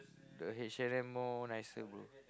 the H-and-M more nicer bro